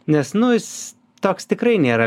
nes nu jis toks tikrai nėra